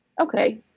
Okay